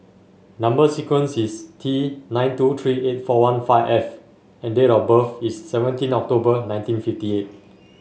number sequence is T nine two three eight four one five F and date of birth is seventeen October nineteen fifty eight